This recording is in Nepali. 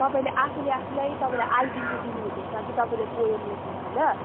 तपाईँले आफूले आफूलाई तपाईँले आइडिन्टी दिनुहुँदैछ कि तपाईँले पोएम लेखेर होइन